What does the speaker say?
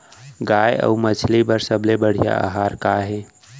गाय अऊ मछली बर सबले बढ़िया आहार का हे?